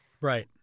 Right